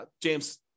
James